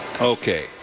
Okay